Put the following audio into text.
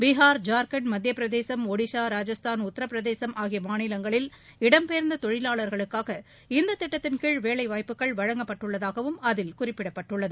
பீகார் ஜார்க்கண்ட் மத்தியப்பிரதேசும் ஷடிசா ராஜஸ்தான் உத்தரப்பிரதேசும் ஆகிய மாநிலங்களில் இடம்பெயர்ந்த தொழிலாளா்களுக்காக இந்த திட்டத்தின்கீழ் வேலைவாய்ப்புகள் வழங்கப்பட்டுள்ளதாகவும் அதில் குறிப்பிடப்பட்டுள்ளது